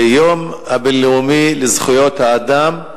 שהיום הבין-לאומי לזכויות האדם,